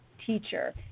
teacher